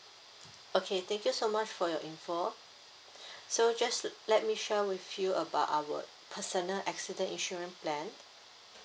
okay thank you so much for your info so just to let me share with you about our personal accident insurance plan